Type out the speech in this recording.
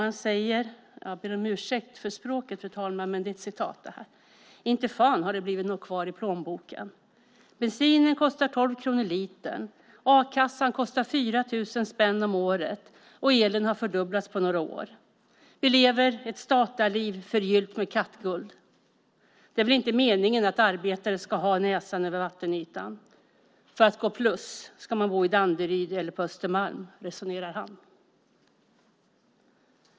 Jag ber om ursäkt för språket, fru talman, men det är ett citat. "'Inte fan har det blivit något kvar i plånboken. Bensinen kostar tolv kronor litern, a-kassan kostar 4 000 spänn om året och elen har fördubblats på några år. Vi lever ett statarliv förgyllt med kattguld. Det är väl inte meningen att arbetare ska ha näsan över vattenytan. För att gå plus ska man bo i Danderyd eller på Östermalm', resonerar han."